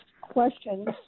questions